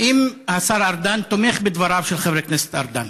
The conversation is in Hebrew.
האם השר ארדן תומך בדבריו של חבר הכנסת ארדן?